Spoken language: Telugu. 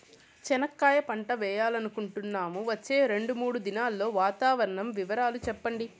చెనక్కాయ పంట వేయాలనుకుంటున్నాము, వచ్చే రెండు, మూడు దినాల్లో వాతావరణం వివరాలు చెప్పండి?